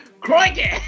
crikey